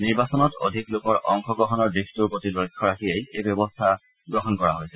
নিৰ্বাচনত অধিক লোকৰ অংশগ্ৰহণৰ দিশটোৰ প্ৰতি লক্ষ্য ৰাখিয়েই এই ব্যৱস্থা গ্ৰহণ কৰা হৈছে